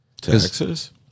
Texas